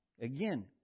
Again